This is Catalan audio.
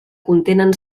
contenen